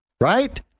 Right